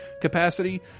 capacity